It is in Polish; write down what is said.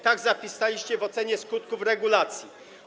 Tak zapisaliście w ocenie skutków regulacji.